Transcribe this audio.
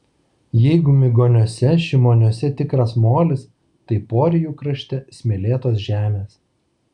jeigu migoniuose šimoniuose tikras molis tai porijų krašte smėlėtos žemės